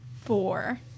Four